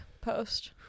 post